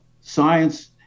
science